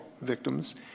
victims –